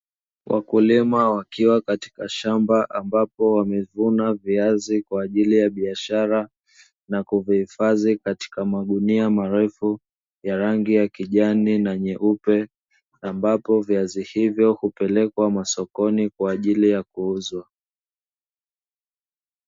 Wakulima wakiwa katika shamba ambapo wamevuna viazi kwa ajili ya biashara, na kuvihifadhi katika magunia marefu ya rangi ya kijani na nyeupe, ambapo viazi hivyo hupelekwa masokoni kwa ajili ya kuuzwa.